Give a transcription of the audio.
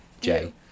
Jay